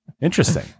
interesting